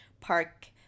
Park